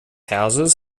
houses